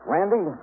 Randy